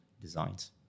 designs